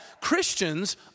Christians